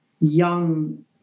young